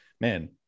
man